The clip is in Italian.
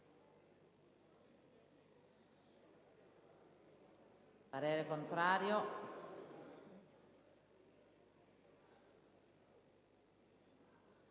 parere contrario